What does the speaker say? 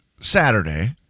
Saturday